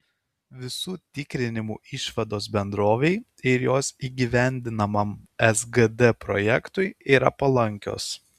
visų tikrinimų išvados bendrovei ir jos įgyvendinamam sgd projektui yra palankios